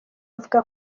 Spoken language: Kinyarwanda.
avuga